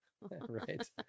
Right